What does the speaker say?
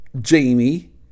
Jamie